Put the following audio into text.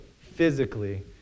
physically